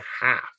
half